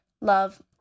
love